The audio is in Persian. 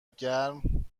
گرم